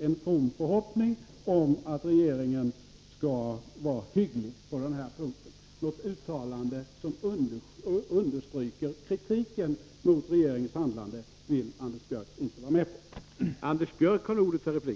en from förhoppning om att regeringen skall vara hygglig på den här punkten. Något uttalande som understryker kritiken mot regeringens handlande vill Anders Björck inte vara med på.